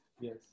Yes